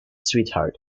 sweetheart